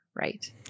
right